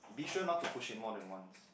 be sure not to push in more than once